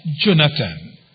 Jonathan